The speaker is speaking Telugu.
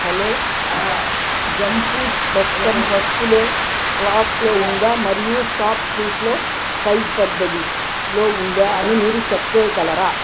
హలో జంపూట్స్ ప్రస్తుతం పసుపు లో స్ట్రాక్లో ఉందా మరియు షాప్క్లూస్స్లో సైజ్ పెద్దది లో ఉందా అని మీరు చెక్ చేయగలరా